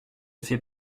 fais